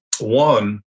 One